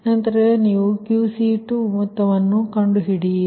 ನಂತರ ನೀವು QC2 ಮೊತ್ತವನ್ನು ಕಂಡುಹಿಡಿಯುತ್ತೀರಿ